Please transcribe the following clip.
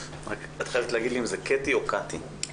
את חייבת לומר לי אם השם שלך הוא קטי (בסגול) או קטי (בקמץ).